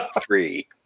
three